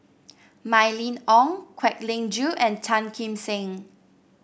Mylene Ong Kwek Leng Joo and Tan Kim Seng